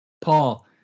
Paul